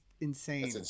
insane